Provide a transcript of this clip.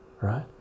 right